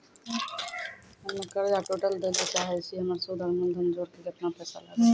हम्मे कर्जा टोटल दे ला चाहे छी हमर सुद और मूलधन जोर के केतना पैसा लागत?